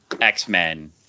X-Men